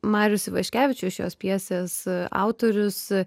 marius ivaškevičius šios pjesės autorius